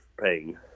paying